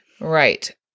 Right